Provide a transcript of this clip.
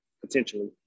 potentially